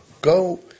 Go